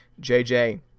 JJ